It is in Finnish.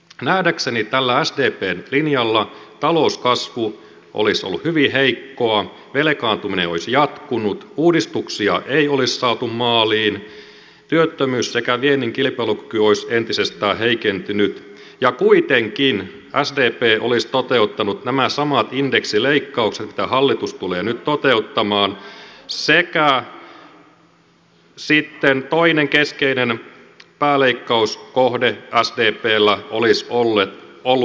nähdäkseni tällä sdpn linjalla talouskasvu olisi ollut hyvin heikkoa velkaantuminen olisi jatkunut uudistuksia ei olisi saatu maaliin työttömyys sekä viennin kilpailukyky olisi entisestään heikentynyt ja kuitenkin sdp olisi toteuttanut nämä samat indeksileikkaukset mitkä hallitus tulee nyt toteuttamaan sekä sitten toinen keskeinen pääleikkauskohde sdpllä olisi ollut koulutus